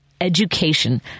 education